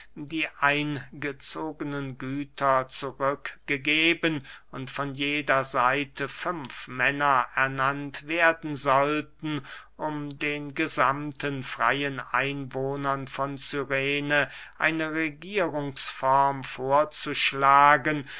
die eingezogenen güter zurück gegeben und von jeder seite fünf männer ernannt werden sollten um den gesammten freyen einwohnern von cyrene eine regierungsform vorzuschlagen